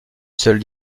seule